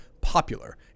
popular